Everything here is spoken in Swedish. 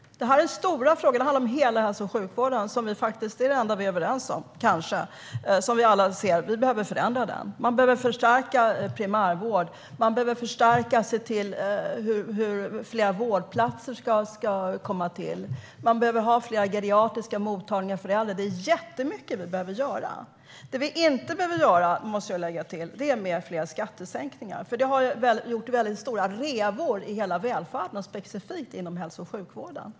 Detta är stora frågor. Det handlar om hela hälso och sjukvården, som faktiskt - det är kanske det enda vi är överens om - behöver förändras. Vi behöver förstärka primärvården, och vi behöver se hur fler vårdplatser ska komma till. Vi behöver fler geriatriska mottagningar. Det är jättemycket vi behöver göra. Det vi inte behöver, måste jag lägga till, är fler skattesänkningar. Det har nämligen skapat stora revor i hela välfärden och specifikt inom hälso och sjukvården.